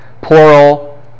Plural